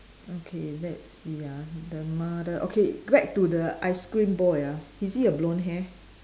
okay let's see ah the mother okay back to the ice cream boy ah is he a blonde hair